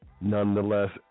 nonetheless